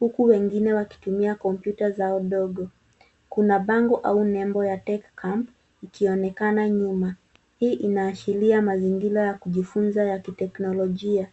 huku wengine wakitumia kompyuta zao ndogo. Kuna bango au nembo ya cs[tech camp]cs ikionekana nyuma. Hii inaashiria mazingira ya kujifunza ya kiteknolojia.